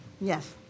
Yes